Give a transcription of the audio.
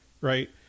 right